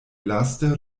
laste